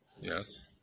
Yes